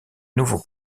nouveau